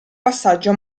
passaggio